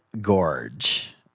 gorge